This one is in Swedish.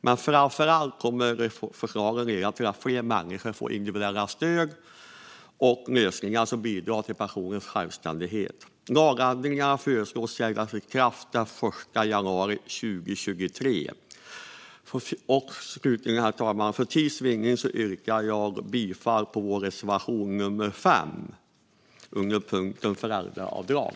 Men framför allt kommer förslagen att leda till att fler människor får individuella stöd och lösningar som bidrar till självständighet. Lagändringarna föreslås träda i kraft den 1 januari 2023. Slutligen, herr talman, yrkar jag för tids vinnande bifall endast till vår reservation nummer 5 under punkten Föräldraavdrag.